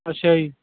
ਅੱਛਾ ਜੀ